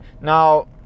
Now